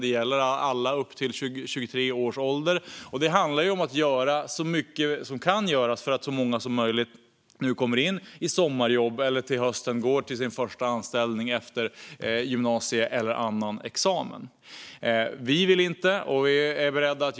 Det gäller alla upp till 23 års ålder. Det handlar om att göra så mycket som kan göras för att så många som möjligt nu ska komma i sommarjobb eller kunna gå till sin första anställning i höst efter gymnasieexamen eller annan examen.